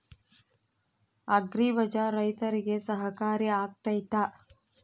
Agri Bazaar ರೈತರಿಗೆ ಸಹಕಾರಿ ಆಗ್ತೈತಾ?